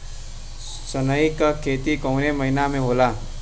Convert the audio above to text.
सनई का खेती कवने महीना में होला?